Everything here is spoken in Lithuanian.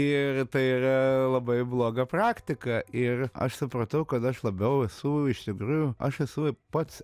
ir tai yra labai bloga praktika ir aš supratau kad aš labiau esu iš tikrųjų aš esu pats